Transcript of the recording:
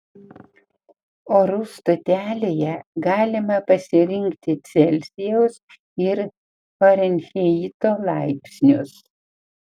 orų stotelėje galima pasirinkti celsijaus ir farenheito laipsnius